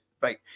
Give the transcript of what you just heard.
right